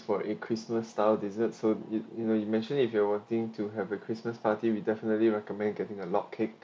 for a christmas style dessert so you you know you mentioned if you're wanting to have a christmas party we definitely recommend getting a log cake